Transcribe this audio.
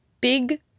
Big